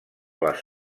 les